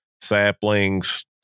saplings